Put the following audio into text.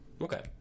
Okay